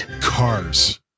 Cars